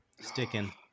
sticking